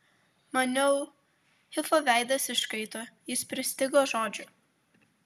maniau hifo veidas iškaito jis pristigo žodžių